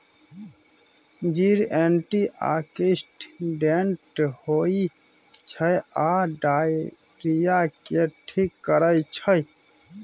जीर एंटीआक्सिडेंट होइ छै आ डायरिया केँ ठीक करै छै